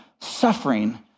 suffering